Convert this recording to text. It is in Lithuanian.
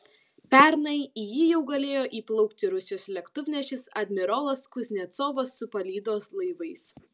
pernai į jį jau galėjo įplaukti rusijos lėktuvnešis admirolas kuznecovas su palydos laivais